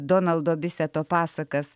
donaldo biseto pasakas